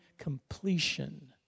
completion